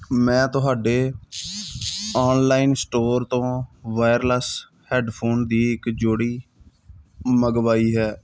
ਮੈਂ ਤੁਹਾਡੇ online store ਤੋਂ ਵਾਇਰਲੈੱਸ ਹੈੱਡਫੋਨ ਦੀ ਇੱਕ ਜੋੜੀ ਮੰਗਵਾਈ ਹੈ